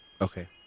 Okay